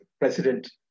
President